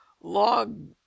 log